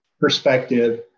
perspective